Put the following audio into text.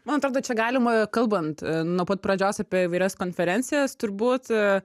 man atrodo čia galima kalbant nuo pat pradžios apie įvairias konferencijas turbūt